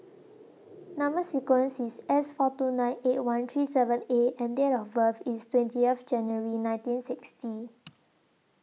Number sequence IS S four two nine eight one three seven A and Date of birth IS twenty F January nineteen sixty